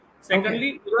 Secondly